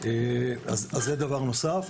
זה דבר נוסף.